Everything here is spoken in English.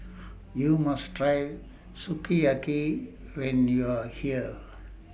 YOU must Try Sukiyaki when YOU Are here